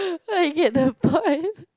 so I get the point